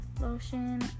lotion